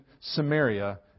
Samaria